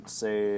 say